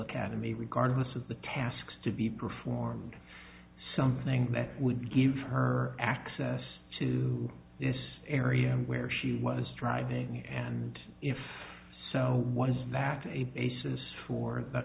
academy regardless of the tasks to be performed something that would give her access to this area where she was driving and if so was that a basis for th